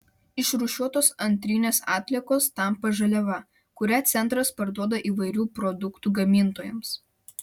išrūšiuotos antrinės atliekos tampa žaliava kurią centras parduoda įvairių produktų gamintojams